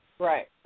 Right